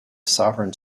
sovereign